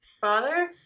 Father